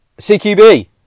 CQB